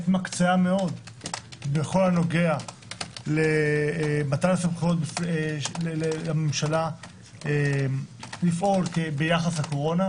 התמקצעה מאוד בכל הנוגע למתן הסמכויות לממשלה לפעול ביחס לקורונה,